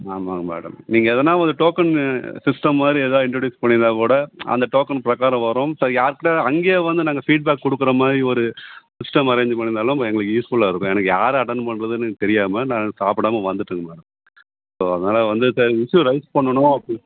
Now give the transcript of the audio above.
ஆமாங்க மேடம் நீங்கள் எதனால் ஒரு டோக்கனு சிஸ்டம் மாதிரி எதாவது இன்ட்ரோடியூஸ் பண்ணியிருந்தா கூட அந்த டோக்கன் பிரக்காரம் வரும் ஸோ யார் கிட்டே அங்கே வந்து நாங்கள் ஃபீட் பேக் கொடுக்குற மாதிரி ஒரு சிஸ்டம் அரேஞ்ச் பண்ணியிருந்தாலும் எங்களுக்கு யூஸ்ஃபுல்லாக இருக்கும் எனக்கு யாரை அட்டன் பண்ணுறதுனு தெரியாமல் நாங்கள் சாப்பிடாம வந்துவிட்டேங்க மேடம் ஸோ அதனால வந்து ச இஸ்யூ ரைஸ் பண்ணணும் அப